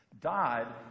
died